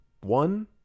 One